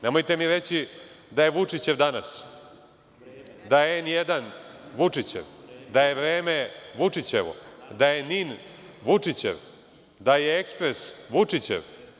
Nemojte mi reći da je Vučićev „Danas“, da je N1 Vučićev, da je „Vreme“ Vučićevo, da je NIN Vučićev, da je „Ekspres“ Vučićev.